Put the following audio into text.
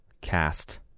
cast